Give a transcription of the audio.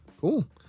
Cool